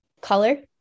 Color